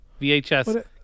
VHS